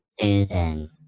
Susan